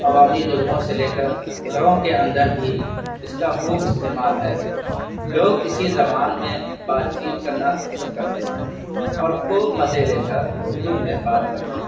عوامی جگہوں سے لے کر گھروں کے اندر بھی اس کا خوب استعمال ہے لوگ اسی زبان میں بات چیت کرنا پسند کرتے ہیں اور خوب مزے لے کر اردو میں بات کرتے ہیں